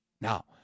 Now